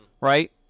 right